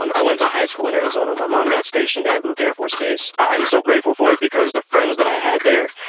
um i went to high school in arizona my mom got stationed at luke air force base. i'm so grateful for it because the friends that i had there,